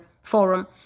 forum